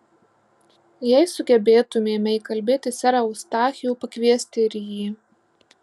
jei sugebėtumėme įkalbėti serą eustachijų pakviesti ir jį